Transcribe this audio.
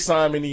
Simon